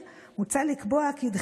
החוק ולצרכים העדכניים שקיימים כיום,